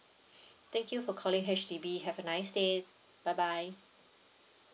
thank you for calling H_D_B have a nice day bye bye